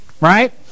Right